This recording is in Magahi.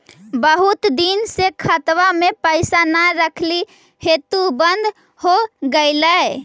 बहुत दिन से खतबा में पैसा न रखली हेतू बन्द हो गेलैय?